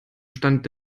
stand